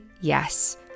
yes